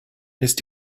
ist